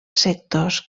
sectors